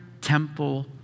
temple